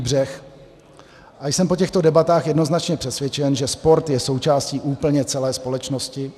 A jsem po těchto debatách jednoznačně přesvědčen, že sport je součástí úplně celé společnosti.